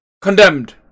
Condemned